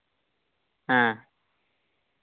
ᱦᱮᱸ